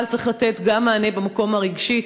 אבל צריך לתת גם מענה במקום הרגשי.